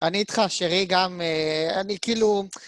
אני איתך, שרי, גם אני כאילו...